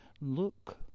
Look